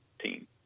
team